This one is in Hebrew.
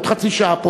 עוד חצי שעה פה,